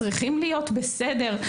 צריכים להיות בסדר.